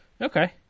Okay